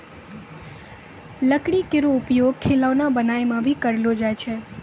लकड़ी केरो उपयोग खिलौना बनाय म भी करलो जाय छै